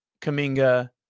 Kaminga